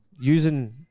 using